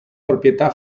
proprietà